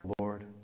Lord